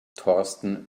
thorsten